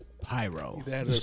Pyro